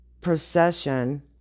procession